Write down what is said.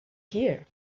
there